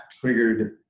triggered